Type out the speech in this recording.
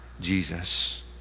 Jesus